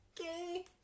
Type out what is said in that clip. Okay